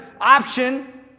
option